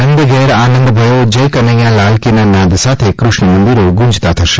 નંદ ઘેર આનંદ ભયો જય કનૈયા લાલ કી ના નાદ સાથે ક્રષ્ણ મંદિરો ગૂંજતા થશે